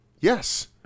Yes